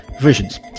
Versions